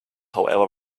however